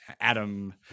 Adam